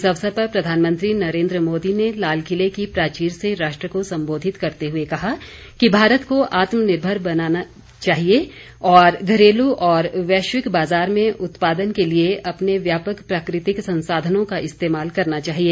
इस अवसर पर प्रधानमंत्री नरेन्द्र मोदी ने लाल किले की प्राचीर से राष्ट्र को संबोधित करते हुए कहा कि भारत को आत्मनिर्भर बनना चाहिए और घरेलू तथा वैश्विक बाजार में उत्पादन के लिए अपने व्यापक प्राकृतिक संसाधनों का इस्तेमाल करना चाहिए